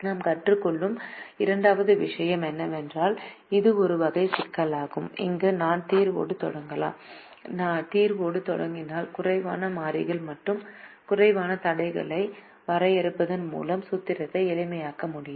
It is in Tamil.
நாம் கற்றுக் கொள்ளும் இரண்டாவது விஷயம் என்னவென்றால் இது ஒரு வகை சிக்கலாகும் அங்கு நாம் தீர்வோடு தொடங்கலாம் தீர்வோடு தொடங்கினால் குறைவான மாறிகள் மற்றும் குறைவான தடைகளை வரையறுப்பதன் மூலம் சூத்திரத்தை எளிமையாக்க முடியும்